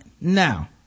Now